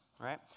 right